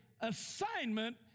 assignment